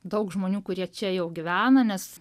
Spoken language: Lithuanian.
daug žmonių kurie čia jau gyvena nes